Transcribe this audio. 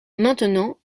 maintenant